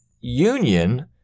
union